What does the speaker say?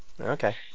okay